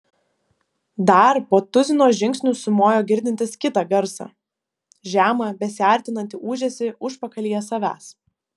dar po tuzino žingsnių sumojo girdintis kitą garsą žemą besiartinantį ūžesį užpakalyje savęs